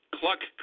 cluck